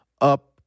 up